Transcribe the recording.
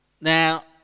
Now